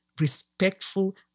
respectful